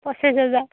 পঁচিছ হেজাৰ